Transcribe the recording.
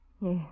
Yes